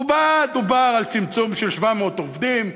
ובה דובר על צמצום של 700 עובדים,